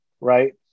right